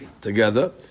together